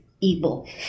evil